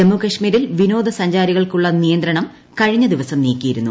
ജമ്മുകാശ്മീരിൽ വിനോദസഞ്ചാരികൾക്കുള്ള നിയന്ത്രണം കഴിഞ്ഞ ദിവസം നീക്കിയിരുന്നു